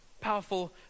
Powerful